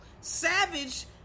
savage